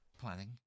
Planning